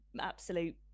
absolute